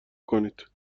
کنید